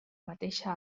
mateixa